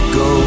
go